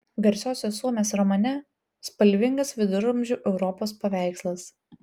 garsiosios suomės romane spalvingas viduramžių europos paveikslas